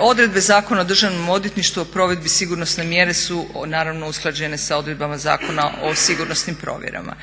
Odredbe Zakona o državnom odvjetništvu o provedbi sigurnosne mjere su naravno usklađene s odredbama Zakona o sigurnosnim provjerama.